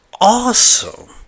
awesome